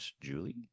Julie